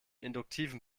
induktiven